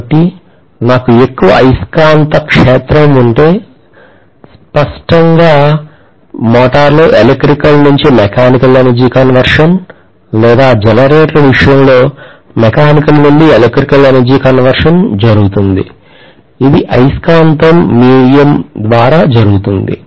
కాబట్టి నాకు ఎక్కువ అయస్కాంత క్షేత్రం ఉంటే స్పష్టంగా మోటారులో ఎలక్ట్రికల్ నుండి మెకానికల్ ఎనర్జీ కన్వర్షన్ లేదా జనరేటర్ విషయంలో మెకానికల్ నుండి ఎలక్ట్రికల్ ఎనర్జీ కన్వర్షన్ జరుగుతుంది ఇది అయస్కాంతం మీడియా ద్వారా జరుగుతుంది